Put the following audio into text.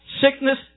sickness